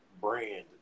brand